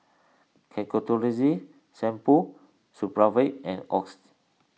Ketoconazole Shampoo Supravit and Oxy